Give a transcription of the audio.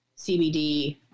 cbd